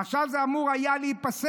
עכשיו זה אמור היה להיפסק"